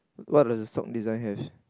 what does the sock design have